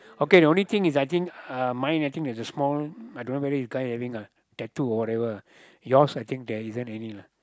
okay only thing is I think mine I think there's a small I don't know whether this guy having a tattoo or whatever yours I think there's isn't any lah